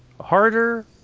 Harder